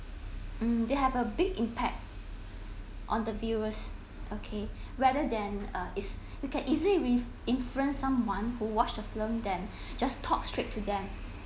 um they have a big impact on the viewers okay rather than uh is we can easily influence someone who watched film them just talk straight to them